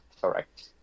Correct